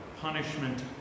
punishment